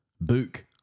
book